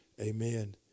Amen